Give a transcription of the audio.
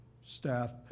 staff